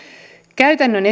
käytännön